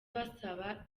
basaba